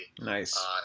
Nice